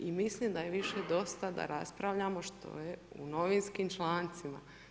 I mislim da je više dosta da raspravljamo što je u novinskim člancima.